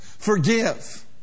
Forgive